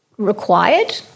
required